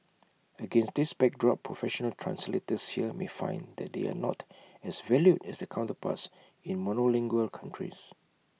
against this backdrop professional translators here may find that they are not as valued as their counterparts in monolingual countries